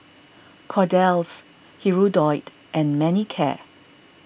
Kordel's Hirudoid and Manicare